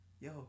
yo